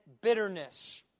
bitterness